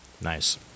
Nice